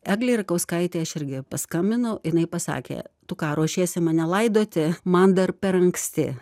eglei rakauskaitei aš irgi paskambinau jinai pasakė tu ką ruošiesi mane laidoti man dar per anksti